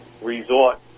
resort